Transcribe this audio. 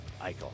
Eichel